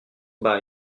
buy